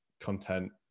content